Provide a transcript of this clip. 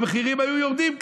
המחירים היו יורדים,